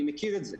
אני מכיר את זה.